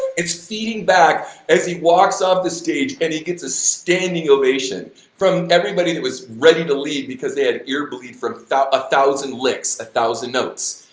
it's feeding back as he walks off the stage and he gets a standing ovation from everybody that was ready to leave because because they had ear bleed from a thousand licks, a thousand notes.